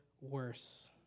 worse